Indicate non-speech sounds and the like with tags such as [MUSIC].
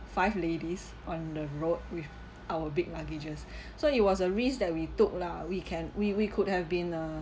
five ladies on the road with our big luggages [BREATH] so it was a risk that we took lah we can we we could have been uh